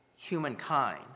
humankind